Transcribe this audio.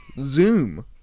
Zoom